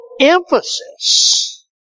emphasis